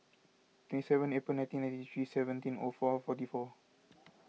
twenty seven April nineteen ninety three seventeen O four forty four